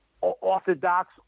orthodox